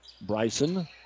Bryson